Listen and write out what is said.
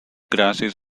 grasses